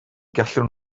gallwn